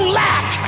lack